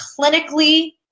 clinically